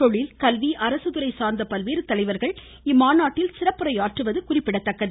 தொழில் கல்வி அரசு துறை சார்ந்த பல்வேறு தலைவர்கள் இம்மாநாட்டில் சிறப்புரை ஆற்றுவது குறிப்பிடத்தக்கது